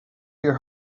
your